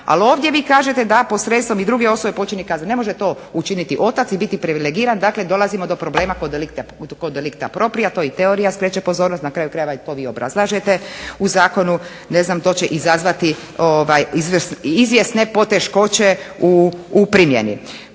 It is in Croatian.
Ali ovdje vi kažete da posredstvom i druge osobe počini kazneno, ne može to učiniti otac i biti privilegiran, dakle dolazimo do problema kod delicta propria. To i teorija skreće pozornost, na kraju krajeva to vi obrazlažete u zakonu. To će izazvati izvjesne poteškoće u primjeni.